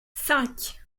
cinq